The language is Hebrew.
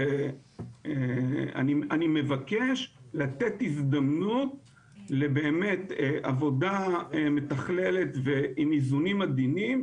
ואני מבקש לתת הזדמנות לבאמת עבודה מתכללת עם איזונים עדינים,